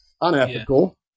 unethical